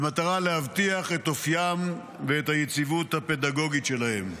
במטרה להבטיח את אופיים ואת היציבות הפדגוגית שלהם.